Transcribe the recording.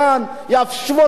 שאנחנו לא רוצים להיות.